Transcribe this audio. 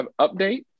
update